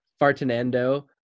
Fartinando